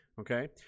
Okay